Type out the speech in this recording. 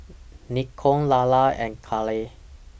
Nikko Lalla and Kale